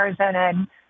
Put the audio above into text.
Arizona